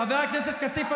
חבר הכנסת כסיף,